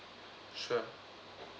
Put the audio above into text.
sure